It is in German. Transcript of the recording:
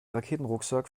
raketenrucksack